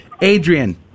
Adrian